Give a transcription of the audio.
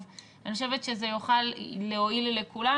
אז אני חושבת שזה יוכל להועיל לכולנו.